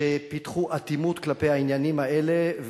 שפיתחו אטימות כלפי העניינים האלה.